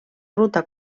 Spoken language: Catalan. ruta